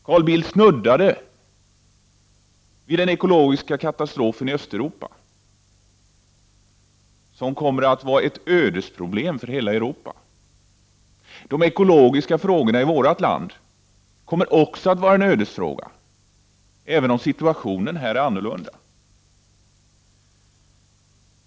Carl Bildt snuddade vid den ekologiska katastrofen i Östeuropa som kom mer att vara ett ödesproblem för hela Europa. De ekologiska frågorna i vårt land kommer också att vara en ödesfråga, även om situationen här är annorlunda.